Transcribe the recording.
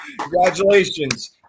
Congratulations